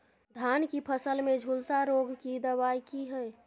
धान की फसल में झुलसा रोग की दबाय की हय?